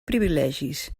privilegis